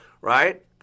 right